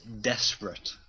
desperate